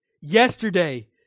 yesterday